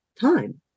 time